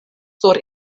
sur